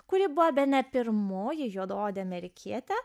kuri buvo bene pirmoji juodaodė amerikietė